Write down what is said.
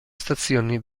stazione